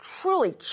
truly